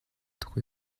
tuk